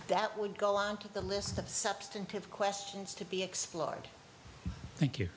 that would go on the list of substantive questions to be explored thank you